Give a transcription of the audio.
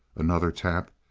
another tap,